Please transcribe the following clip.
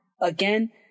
Again